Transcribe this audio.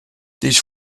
these